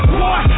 boy